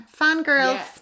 fangirls